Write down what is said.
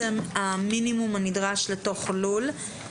המינימום הנדרש לתוך לול.